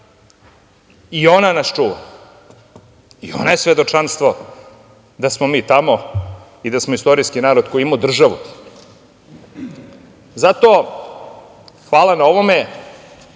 i ona nas čuva, jer ona je svedočanstvo da smo mi tamo i da smo istorijski narod koji je imao državu. Zato, hvala na ovome. Moram